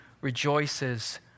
rejoices